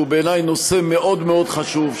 שהוא בעיני נושא מאוד מאוד חשוב,